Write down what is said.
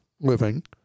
living